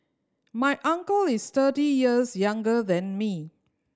my uncle is thirty years younger than me